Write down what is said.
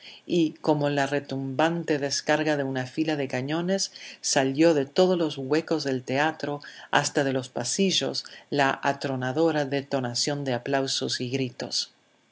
y como la retumbante descarga de una fila de cañones salió de todos los huecos del teatro hasta de los pasillos la atronadora detonación de aplausos y gritos